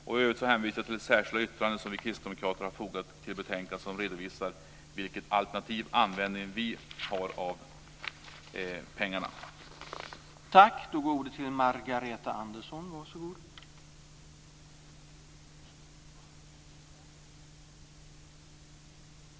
I övrigt hänvisar jag till det särskilda yttrande som vi kristdemokrater har fogat till betänkandet och som redovisar vilken alternativ användning av pengarna som vi föreslår.